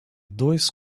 dois